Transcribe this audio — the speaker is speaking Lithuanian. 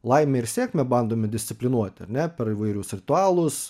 laimę ir sėkmę bandome disciplinuoti ar ne per įvairius ritualus